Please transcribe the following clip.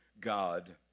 God